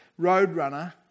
Roadrunner